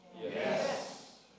Yes